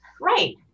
Right